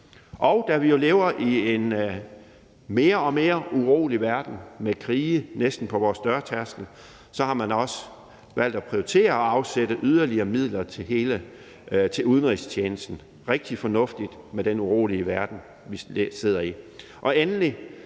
Da vi jo lever i en mere og mere urolig verden med krige næsten på vores dørtærskel, har man også valgt at prioritere og afsætte yderligere midler til udenrigstjenesten. Det er rigtig fornuftigt i betragtning af den urolige verden, vi lever i.